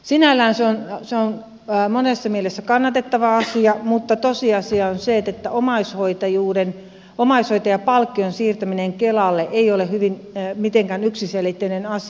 sinällään se on monessa mielessä kannatettava asia mutta tosiasia on se että omaishoitajapalkkion siirtäminen kelalle ei ole mitenkään yksiselitteinen asia